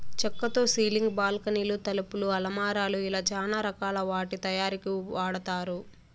చక్కతో సీలింగ్, బాల్కానీలు, తలుపులు, అలమారాలు ఇలా చానా రకాల వాటి తయారీకి వాడతారు